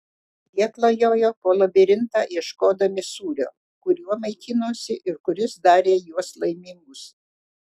jie klajojo po labirintą ieškodami sūrio kuriuo maitinosi ir kuris darė juos laimingus